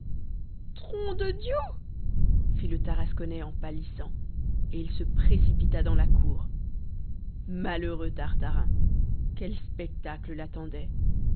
tron de diou fit le tarasconnais en pâlissant et il se précipita dans la cour malheureux tartarin quel spectacle l'attendait